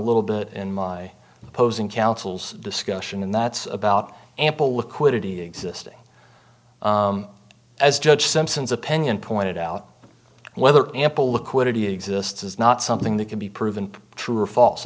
little bit in my posing counsel's discussion and that's about ample liquidity existing as judge simpson's opinion pointed out whether ample liquidity exists is not something that can be proven true or false